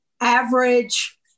average